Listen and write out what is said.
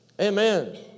Amen